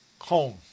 home